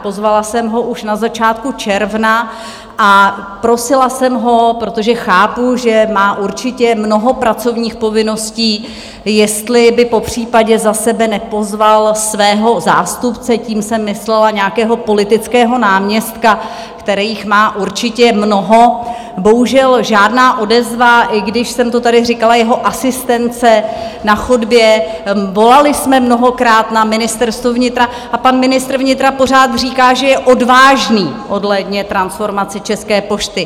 Pozvala jsem ho už na začátku června a prosila jsem ho, protože chápu, že má určitě mnoho pracovních povinností, jestli by popřípadě za sebe nepozval svého zástupce, tím jsem myslela nějakého politického náměstka, kterých má určitě mnoho, bohužel žádná odezva, i když jsem to tady říkala jeho asistence na chodbě, volali jsme mnohokrát na Ministerstvo vnitra a pan ministr vnitra pořád říká, že je odvážný ohledně transformace České pošty.